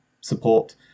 support